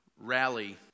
rally